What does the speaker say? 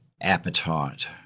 appetite